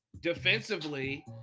defensively